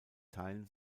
teilen